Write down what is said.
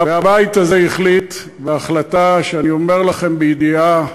והבית הזה החליט, החלטה שאני אומר לכם בידיעה,